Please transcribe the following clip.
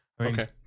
Okay